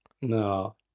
No